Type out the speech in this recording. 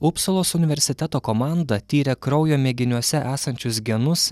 upsalos universiteto komanda tyrė kraujo mėginiuose esančius genus